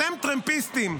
אתם טרמפיסטים,